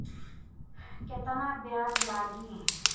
केतना ब्याज लागी?